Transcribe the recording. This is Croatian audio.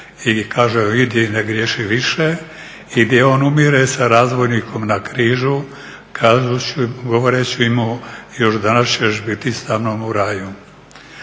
i kaže još: "Idi, ne griješi više!" i gdje on umire sa razvojnikom na križu, kažući, govoreći mu još danas ćeš biti sa mnom u raju.